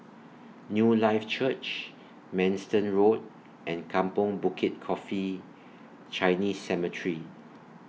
Newlife Church Manston Road and Kampong Bukit Coffee Chinese Cemetery